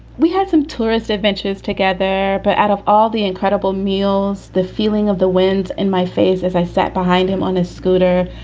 we had some tourist adventures together, but out of all the incredible meals, the feeling of the wind in my face as i sat behind him on his scooter,